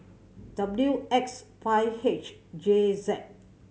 W X five H J Z